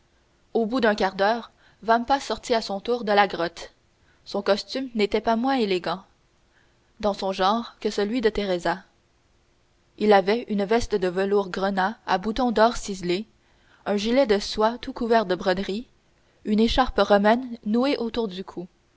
au bout d'un quart d'heure vampa sortit à son tour de la grotte son costume n'était pas moins élégant dans son genre que celui de teresa il avait une veste de velours grenat à boutons d'or ciselé un gilet de soie tout couvert de broderies une écharpe romaine nouée autour du cou